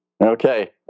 Okay